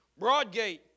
Broadgate